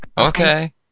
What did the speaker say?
Okay